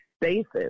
basis